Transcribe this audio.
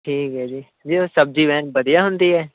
ਠੀਕ ਹੈ ਜੀ ਜੀ ਉਹ ਸਬਜ਼ੀ ਐਨ ਵਧੀਆ ਹੁੰਦੀ ਹੈ